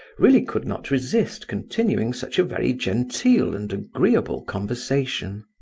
really could not resist continuing such a very genteel and agreeable conversation.